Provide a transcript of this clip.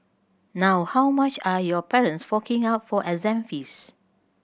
now how much are your parents forking out for exam fees